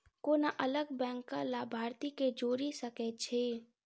कोना अलग बैंकक लाभार्थी केँ जोड़ी सकैत छी?